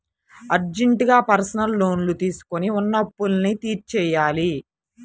అర్జెంటుగా personal loan తీసుకొని ఉన్న అప్పులన్నీ తీర్చేయ్యాలి